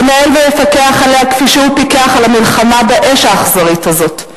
ינהל אותה ויפקח עליה כפי שהוא פיקח על המלחמה באש האכזרית הזאת.